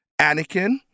Anakin